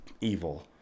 evil